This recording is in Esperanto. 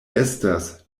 estas